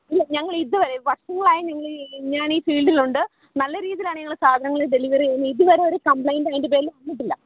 ഇല്ല ഞങ്ങളിതു വരെ വർഷങ്ങളായി നിങ്ങളീ ഞാനീ ഫീൽഡിലുണ്ട് നല്ല രീതിയിലാണ് ഞങ്ങൾ സാധനങ്ങൾ ഡെലിവർ ചെയ്യുന്നത് ഇതുവരെ ഒരു കമ്പ്ലൈൻറ്റ് അതിൻ്റെ പേരിൽ കിട്ടിയിട്ടില്ല